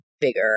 bigger